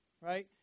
Right